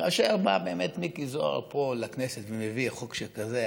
כאשר בא מיקי זוהר פה לכנסת ומביא חוק שכזה,